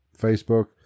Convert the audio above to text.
Facebook